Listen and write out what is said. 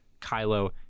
Kylo